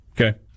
Okay